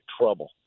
trouble